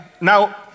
Now